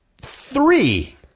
three